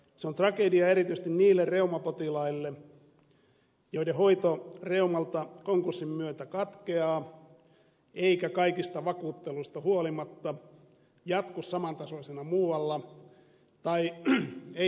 se on tragedia erityisesti niille reumapotilaille joiden hoito reumalla konkurssin myötä katkeaa eikä kaikista vakuutteluista huolimatta jatku saman tasoisena muualla tai ei jatku ollenkaan